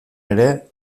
ere